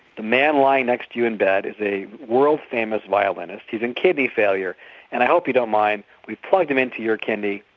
the man lying next to you in bed is a world famous violinist, he's in kidney failure and i hope you don't mind, we've plugged him into your kidney.